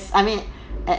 I mean at